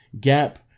gap